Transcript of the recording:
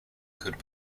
could